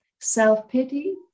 Self-pity